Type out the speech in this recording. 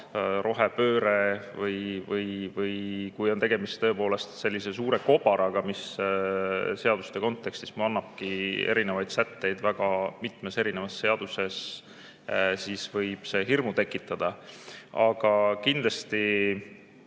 "rohepööre" või kui on tegemist tõepoolest sellise suure kobaraga, mis seaduste kontekstis annabki erinevaid sätteid väga mitmes erinevas seaduses, siis võib see hirmu tekitada. Aga kindlasti,